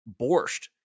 Borscht